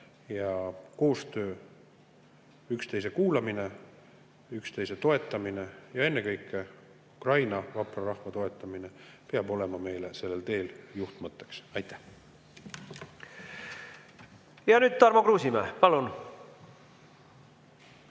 Koostöö, üksteise kuulamine, üksteise toetamine ja ennekõike Ukraina vapra rahva toetamine peab olema meile sellel teel juhtmõtteks. Aitäh! Ja nüüd Tarmo Kruusimäe. Palun!